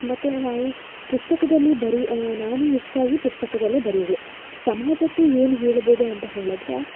ಮತ್ತೆ ನಾವು ಪುಸ್ತಕದಲ್ಲಿ ಬರಿ ನಾನು ಹೆಚ್ಚಾಗಿ ಪುಸ್ತಕದಲ್ಲೇ ಬರಿಯೋದು ಸಮಾಜಕ್ಕೆ ಏನು ಹೇಳ್ಬೋದು ಅಂತ ಹೇಳಿದ್ರೆ